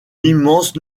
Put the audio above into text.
immense